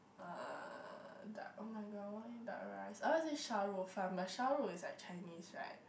uh duck [oh]-my-god I want eat duck rice I want say shao-rou-fan but shao-rou is like Chinese right